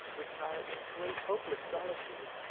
retire into a hopeless solitude,